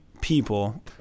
people